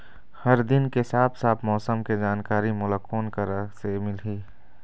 हर दिन के साफ साफ मौसम के जानकारी मोला कोन करा से मिलही?